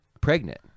pregnant